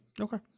okay